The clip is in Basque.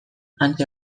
hantxe